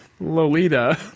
Lolita